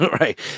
Right